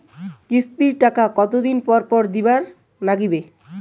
কিস্তির টাকা কতোদিন পর পর দিবার নাগিবে?